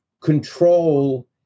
control